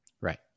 Right